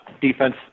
defense